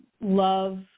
Love